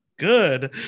good